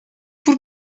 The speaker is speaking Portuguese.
por